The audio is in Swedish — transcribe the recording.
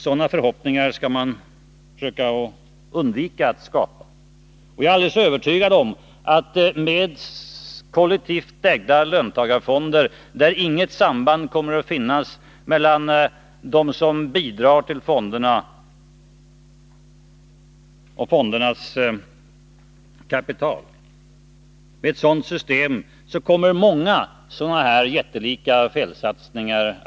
Jag är alldeles övertygad om att löntagarfonder, utan individuella andelar, kommer att leda till många jättelika felsatsningar.